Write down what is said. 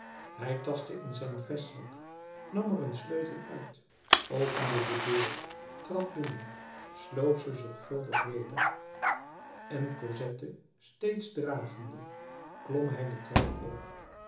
hij tastte in zijn vestzak nam er een sleutel uit opende de deur trad binnen sloot ze zorgvuldig weder en cosette steeds dragende klom hij de trap op